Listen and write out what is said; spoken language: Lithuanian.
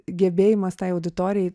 gebėjimas tai auditorijai